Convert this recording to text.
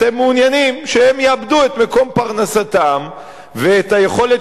אתם מעוניינים שהם יאבדו את מקום פרנסתם ואת היכולת